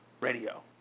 Radio